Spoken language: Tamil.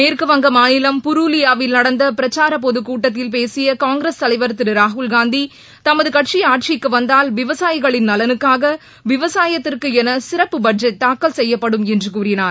மேற்கு வங்கம் மாநிலம் புருலியாவில் நடந்த பிரச்சார பொதுக் கூட்டத்தில் பேசிய காங்கிரஸ் தலைவர் திரு ராகுல்காந்தி தமது கட்சி ஆட்சிக்கு வந்தால் விவசாயிகளின் நலனுக்காக விவசாயத்திற்கு என சிறப்பு பட்ஜெட் தாக்கல் செய்யப்படும் என்று கூறினார்